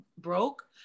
broke